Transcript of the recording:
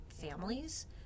families